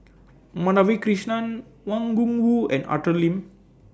Madhavi Krishnan Wang Gungwu and Arthur Lim